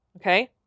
Okay